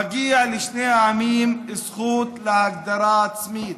מגיעה לשני העמים זכות להגדרה עצמית.